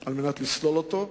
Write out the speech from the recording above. על מנת לסלול אותו,